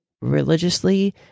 religiously